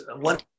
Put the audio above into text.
one